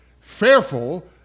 fearful